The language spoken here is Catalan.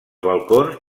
balcons